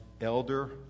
elder